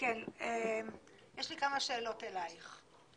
כמה שאלות אליך.